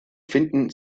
finden